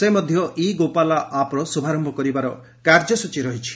ସେ ମଧ୍ୟ 'e Gopala' app ର ଶ୍ରଭାରମ୍ଭ କରିବାର କାର୍ଯ୍ୟସ୍ଟଚୀ ରହିଛି